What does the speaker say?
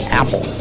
apple